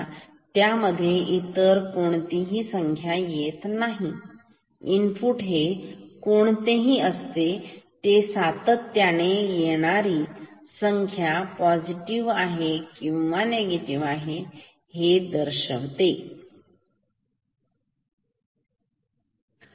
आणि त्यामध्ये इतर कोणतीही संख्या नाही आणि इनपुट हे कोणतेही असले ते सातत्याने येणारी कोणतीही संख्या पॉझिटिव किंवा निगेटिव्ह अशी कोणतीही ठीक